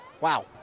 Wow